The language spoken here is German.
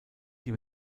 die